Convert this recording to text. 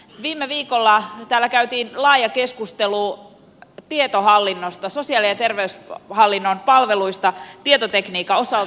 viime viikolla täällä käytiin laaja keskustelu tietohallinnosta sosiaali ja terveyshallinnon palveluista tietotekniikan osalta